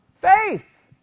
Faith